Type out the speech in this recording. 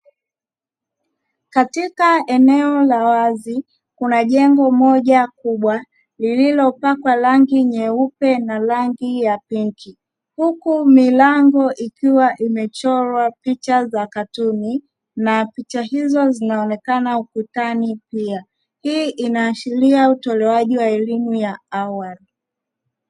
Katika eneo la wazi kuna jengo moja kubwa lililopakwa rangi nyeupe na rangi ya pinki, huku milango ikiwa imechorwa picha za katuni na picha hizo zinaonekana ukutani pia hii inaashiria utolewaji wa elimu ya awali.